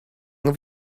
have